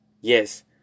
yes